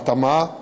בהתאמה,